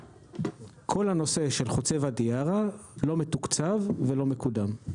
כל הנושא של חוצה ואדי ערה לא מתוקצב ולא מקודם.